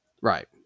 Right